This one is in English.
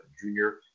junior